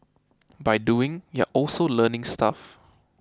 by doing you're also learning stuff